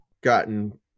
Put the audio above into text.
gotten